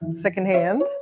secondhand